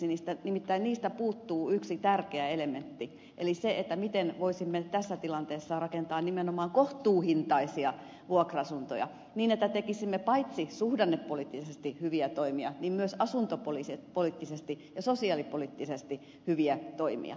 nimittäin niistä puuttuu yksi tärkeä elementti eli se miten voisimme tässä tilanteessa rakentaa nimenomaan kohtuuhintaisia vuokra asuntoja niin että tekisimme paitsi suhdannepoliittisesti hyviä toimia myös asuntopoliittisesti ja sosiaalipoliittisesti hyviä toimia